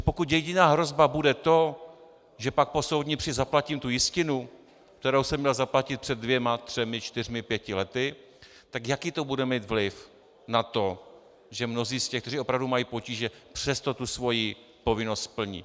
Pokud jediná hrozba bude to, že pak po soudní při zaplatím tu jistinu, kterou jsem měl zaplatit před dvěma, třemi, čtyřmi, pěti lety, jaký to bude mít vliv na to, že mnozí z těch, kteří opravdu mají potíže, přesto svou povinnost splní?